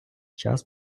час